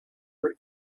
for